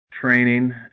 training